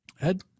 Ed